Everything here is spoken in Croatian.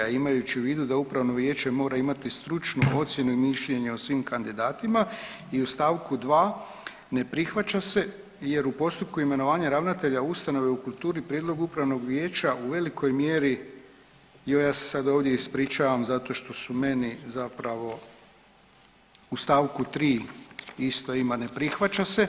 A imajući u vidu da Upravno vijeće mora imati stručnu ocjenu i mišljenje o svim kandidatima i u stavku dva ne prihvaća se jer u postupku imenovanja ravnatelja ustanove u kulturi prijedlog Upravnog vijeća u velikoj mjeri, joj ja se sad ovdje ispričavam zato što su meni zapravo u stavku 3. isto ima ne prihvaća se.